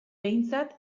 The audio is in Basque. behintzat